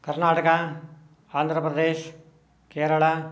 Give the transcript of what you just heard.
कर्णाटका आन्ध्रप्रदेशः केरला